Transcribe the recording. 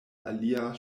aliaj